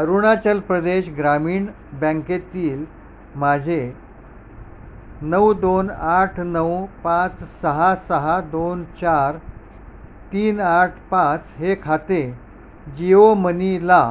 अरुणाचल प्रदेश ग्रामीण बँकेतील माझे नऊ दोन आठ नऊ पाच सहा सहा दोन चार तीन आठ पाच हे खाते जिओमनीला